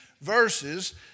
verses